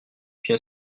bien